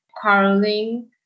quarreling